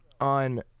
on